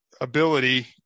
ability